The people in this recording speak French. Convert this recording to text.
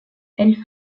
elle